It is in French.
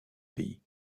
pays